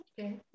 Okay